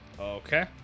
Okay